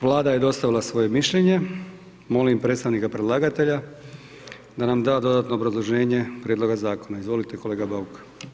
Vlada je dostavila svoje mišljenje, molim predstavnika predlagatelja da nam da dodatno obrazloženje prijedloga zakona, izvolite kolega Bauk.